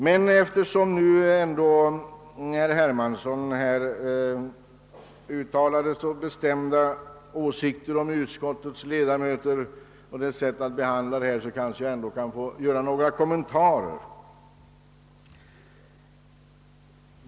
Men eftersom herr Hermansson uttalat så bestämda åsikter om utskottets ledamöter och deras sätt att behandla denna fråga, kanske jag kan få göra några kommentarer.